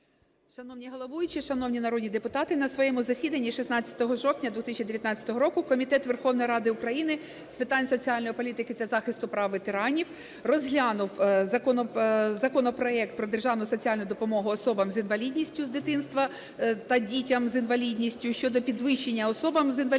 Шановний головуючий! Шановні народні депутати! На своєму засіданні 16 жовтня 2010 року Комітет з питань соціальної політики та захисту прав ветеранів розглянув законопроект про державну соціальну допомогу особам з інвалідністю з дитинства та дітям з інвалідністю щодо підвищення особам з інвалідністю